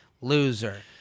loser